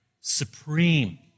supreme